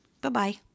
Bye-bye